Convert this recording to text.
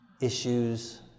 issues